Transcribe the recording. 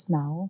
now